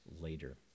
later